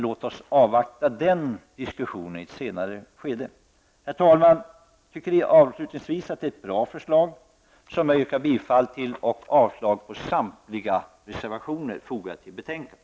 Låt oss föra den diskussionen i ett senare skede. Herr talman! Jag tycker avslutningsvis att det är ett bra förslag. Jag yrkar bifall på det och avslag på samtliga reservationer fogade till betänkandet.